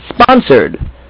sponsored